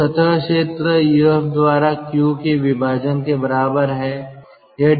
तो सतह क्षेत्र UF द्वारा q के विभाजन के बराबर है